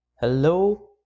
Hello